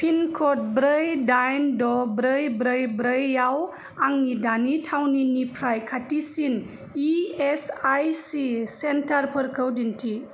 पिनक'ड ब्रै दाइन द ब्रै ब्रै ब्रैआव आंनि दानि थावनिनिफ्राय खाथिसिन इ एस आइ सि सेन्टारफोरखौ दिन्थि